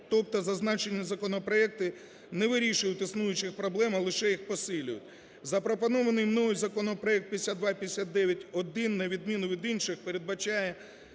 тобто зазначені законопроекти не вирішують існуючих проблем, а лише їх посилюють. Запропонований мною законопроект 5259-1, на відміну від інших, передбачає